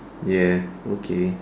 ya okay